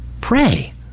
pray